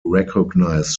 recognized